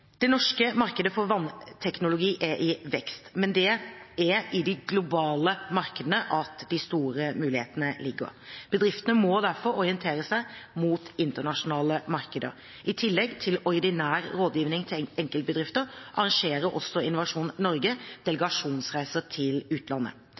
Det norske markedet for vannrenseteknologi er i vekst, men det er i de globale markedene de store mulighetene ligger. Bedriftene må derfor orientere seg mot internasjonale markeder. I tillegg til ordinær rådgivning til enkeltbedrifter arrangerer Innovasjon Norge delegasjonsreiser til utlandet.